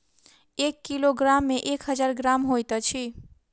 एक किलोग्राम मे एक हजार ग्राम होइत अछि